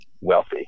wealthy